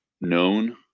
known